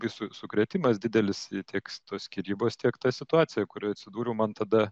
labai su sukrėtimas didelis tiek tos skyrybos tiek ta situacija kurioj atsidūriau man tada